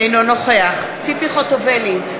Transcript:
אינו נוכח ציפי חוטובלי,